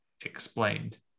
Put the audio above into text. explained